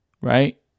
right